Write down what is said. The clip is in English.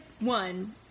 one